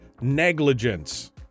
negligence